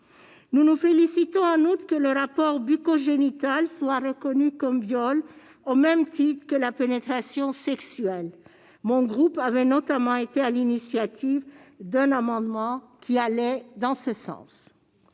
Nous nous félicitons en outre de ce que le rapport bucco-génital soit reconnu comme viol au même titre que la pénétration sexuelle. Mon groupe avait notamment pris l'initiative de déposer un amendement qui allait dans ce sens.